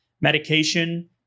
medication